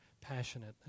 passionate